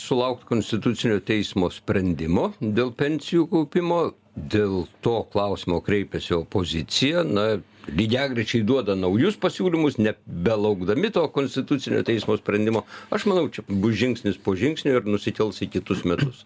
sulaukt konstitucinio teismo sprendimo dėl pensijų kaupimo dėl to klausimo kreipėsi opozicija na lygiagrečiai duoda naujus pasiūlymus ne belaukdami to konstitucinio teismo sprendimo aš manau čia bus žingsnis po žingsnio ir nusikels į kitus metus